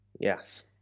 Yes